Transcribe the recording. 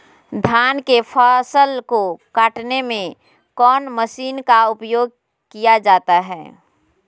धान के फसल को कटने में कौन माशिन का उपयोग किया जाता है?